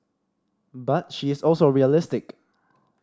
but she is also realistic